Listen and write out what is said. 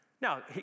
Now